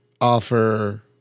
offer